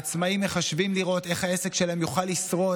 העצמאים מחשבים לראות איך העסק שלהם יוכל לשרוד